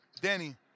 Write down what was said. Danny